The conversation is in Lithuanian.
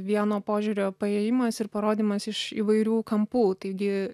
vieno požiūrio paėjimas ir parodymas iš įvairių kampų taigi